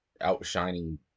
outshining